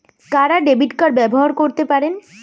কারা debit card ব্যবহার করতে পারেন?